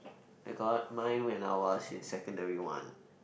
I got mine when I was in secondary one